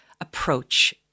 approach